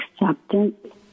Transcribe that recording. acceptance